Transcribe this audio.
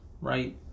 right